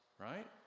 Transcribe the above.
Right